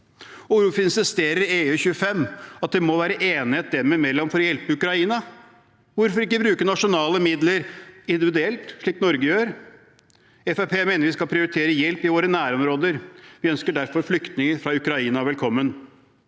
insisterer EU-25 på at det må være enighet dem imellom for å hjelpe Ukraina? Hvorfor ikke bruke nasjonale midler individuelt, slik Norge gjør? Fremskrittspartiet mener vi skal prioritere hjelp i våre nærområder. Vi ønsker derfor flyktninger fra Ukraina velkommen.